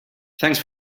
thanks